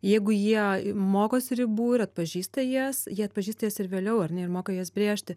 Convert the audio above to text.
jeigu jie mokosi ribų ir atpažįsta jas jie atpažįsta jas ir vėliau ar ne ir moka jas brėžti